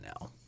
now